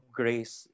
grace